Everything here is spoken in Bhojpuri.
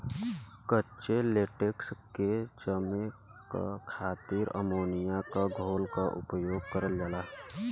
कच्चे लेटेक्स के जमे क खातिर अमोनिया क घोल क उपयोग करल जाला